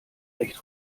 recht